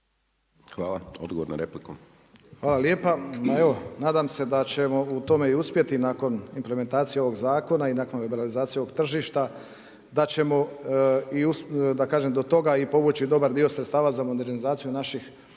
Hvala lijepa. Ma evo nadam se da ćemo u tome uspjeti nakon implementacije ovog zakona i nakon liberalizacije ovog tržišta, da ćemo da kažem do toga i povući dobar dio sredstava za modernizaciju naših